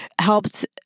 helped